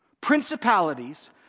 Principalities